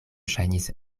ŝajnis